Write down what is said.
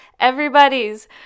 everybody's